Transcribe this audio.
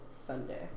Sunday